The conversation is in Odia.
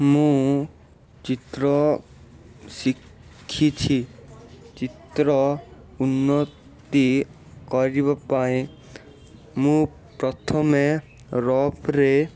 ମୁଁ ଚିତ୍ର ଶିଖିଛି ଚିତ୍ର ଉନ୍ନତି କରିବା ପାଇଁ ମୁଁ ପ୍ରଥମେ ରଫରେ